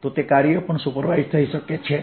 તો તે કાર્ય પણ સુપરવાઇઝ થઈ શકે છે